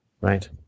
right